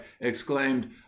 exclaimed